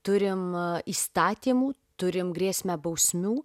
turim įstatymų turim grėsmę bausmių